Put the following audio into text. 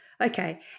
Okay